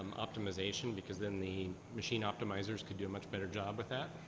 optimization? because then the machine optimizers could do a much better job at that?